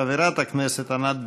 חברת הכנסת ענת ברקו.